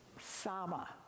Sama